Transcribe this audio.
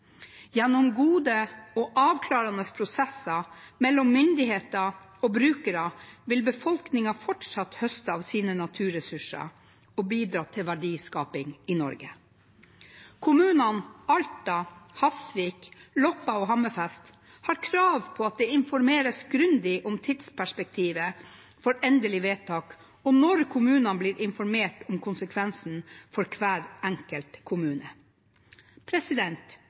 Gjennom gode og avklarende prosesser mellom myndigheter og brukere vil befolkningen fortsatt høste av sine naturressurser og bidra til verdiskaping i Norge. Kommunene Alta, Hasvik, Loppa og Hammerfest har krav på at det informeres grundig om tidsperspektivet for endelig vedtak, og om når kommunene blir informert om konsekvensene for hver enkelt kommune.